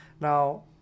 Now